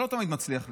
ולא תמיד מצליח לי,